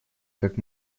как